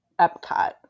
Epcot